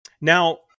Now